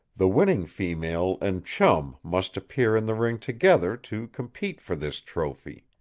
the winning female and chum must appear in the ring together to compete for this trophy.